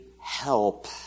help